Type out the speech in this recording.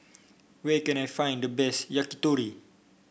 where can I find the best Yakitori